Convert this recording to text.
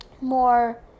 more